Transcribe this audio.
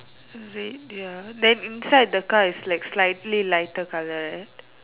red ya then inside the car is like slightly lighter colour right